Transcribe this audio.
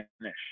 finish